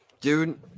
dude